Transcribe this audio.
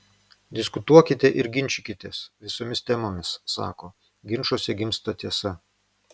diskutuokite ir ginčykitės visomis temomis sako ginčuose gimsta tiesa